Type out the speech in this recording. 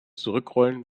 zurückrollen